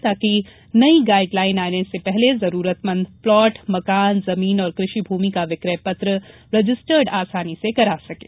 ताकि नई guideline आने से पहले जरूरतमंद प्लाट मकान जमीन कृषि भूमि का विक्रय पत्र रजिस्टर्ड आसानी से करा सकें